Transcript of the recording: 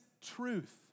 truth